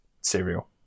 cereal